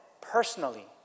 personally